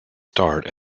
start